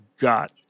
got